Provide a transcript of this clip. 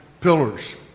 pillars